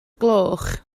gloch